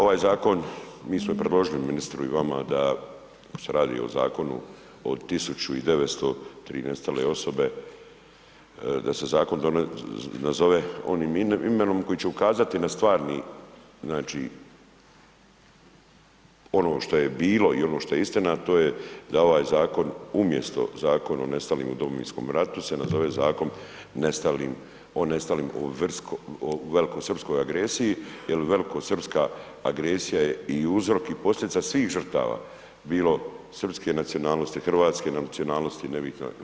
Ovaj zakon, mi smo predložili ministru i vama da, kad se radi o zakonu o 1903 nestale osobe, da se zakon nazove onim imenom koji će ukazati na stvarni, ono što je bilo i ono što je istina, a to je da ovaj zakon umjesto Zakon o nestalim u Domovinskom ratu se nazove Zakon o nestalim u velikosrpskoj agresiji, jer velikosrpska agresija je i uzrok i posljedica svih žrtava, bilo srpske nacionalnosti, hrvatske nacionalnosti, nebitno je.